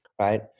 right